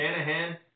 Shanahan